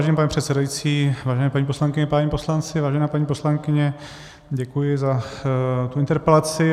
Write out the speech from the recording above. Vážený pane předsedající, vážené paní poslankyně, vážení páni poslanci, vážená paní poslankyně, děkuji za interpelaci.